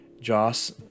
joss